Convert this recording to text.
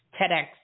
TEDx